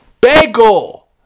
bagel